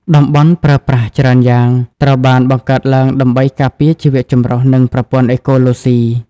តំបន់ប្រើប្រាស់ច្រើនយ៉ាង ត្រូវបានបង្កើតឡើងដើម្បីការពារជីវៈចម្រុះ និងប្រព័ន្ធអេកូឡូស៊ី។